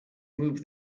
move